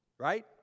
right